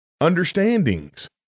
understandings